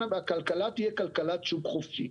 שהכלכלה תהיה כלכלת שוק חופשי.